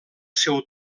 seu